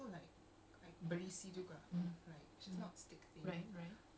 she's like tall she's so tall